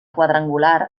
quadrangular